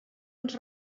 ens